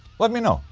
let me know,